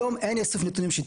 היום אין איסוף נתונים שיטתי.